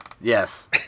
Yes